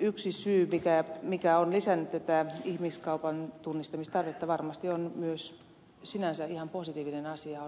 yksi syy mikä on lisännyt tätä ihmiskaupan tunnistamistarvetta on nämä suorat lennot aasiaan jotka varmasti ovat sinänsä ihan positiivinen asia